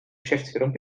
geschäftsführung